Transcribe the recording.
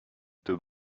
deux